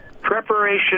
Preparation